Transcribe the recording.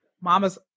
mama's